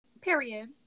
period